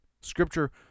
Scripture